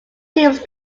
teams